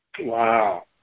Wow